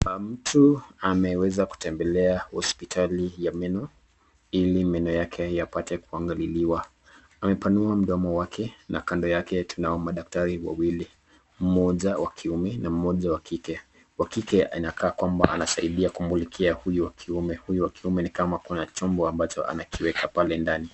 Mtu ameweza kutembelea hospitali ya meno ili meno yake yapate kuangaliliwa. Amepanua mdomo wake na kando yake tunaona madaktari wawili, mmoja wa kiume na moja wa kike. Wa kike anakaa kwamba anasaidia kummulikia huyu wa kiume. Huyu wa kiume ni kama kuna chombo ambacho anakiweka pale ndani.